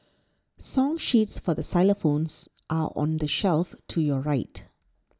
song sheets for xylophones are on the shelf to your right